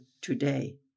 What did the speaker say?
today